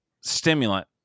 stimulant